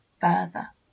further